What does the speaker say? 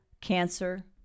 cancer